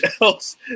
else